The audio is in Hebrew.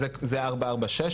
זה 446,